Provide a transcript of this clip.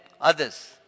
others